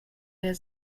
der